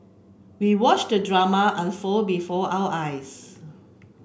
we watched the drama unfold before our eyes